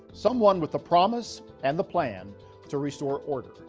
someone with the promise and the plan to restore order?